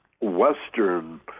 Western